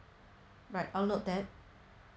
right I'll note that